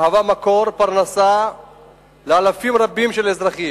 מהווה מקור פרנסה לאלפים רבים של אזרחים.